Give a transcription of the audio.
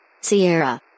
Sierra